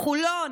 חולון,